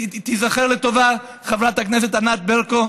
תיזכר לטובה חברת הכנסת ענת ברקו,